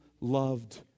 loved